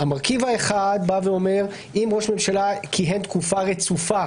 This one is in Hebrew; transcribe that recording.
המרכיב האחד אומר שאם ראש ממשלה כיהן תקופה רצופה